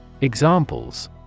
Examples